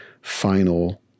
final